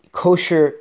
kosher